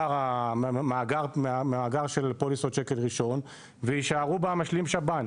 ממאגר של פוליסות שקל ראשון ויישארו במשלים שב"ן,